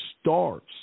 starts